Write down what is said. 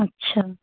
अच्छा